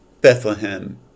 Bethlehem